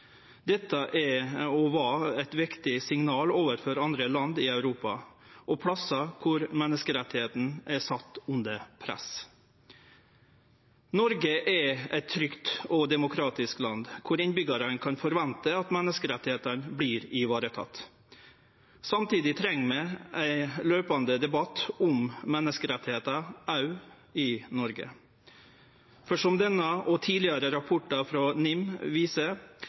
Dette er, og var, eit viktig signal overfor andre land i Europa og plassar kor menneskerettane er sette under press. Noreg er eit trygt og demokratisk land der innbyggjarane kan forvente at menneskerettane vert varetekne. Samtidig treng vi ein kontinuerleg debatt om menneskerettar òg i Noreg. For som denne og tidlegare rapportar frå NIM viser,